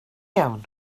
iawn